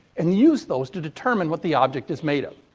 and use those to determine what the object is made of.